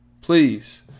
Please